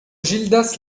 gildas